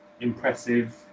Impressive